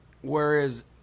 whereas